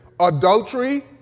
Adultery